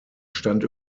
stand